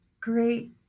great